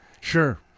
Sure